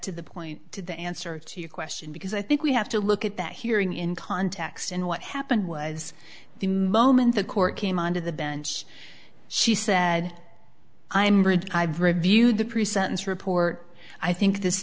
to the point to the answer to your question because i think we have to look at that hearing in context and what happened was the moment the court came on to the bench she said i'm brit i've reviewed the pre sentence report i think this